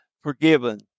forgiven